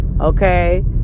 Okay